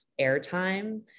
airtime